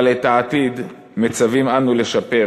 אבל את העתיד מצווים אנו לשפר,